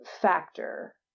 factor